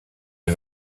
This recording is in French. les